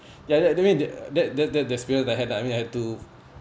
ya that that mean that that that's the experience I had I mean had to